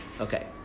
okay